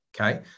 Okay